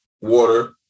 water